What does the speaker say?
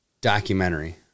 documentary